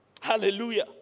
Hallelujah